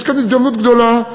יש כאן הזדמנות גדולה,